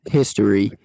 history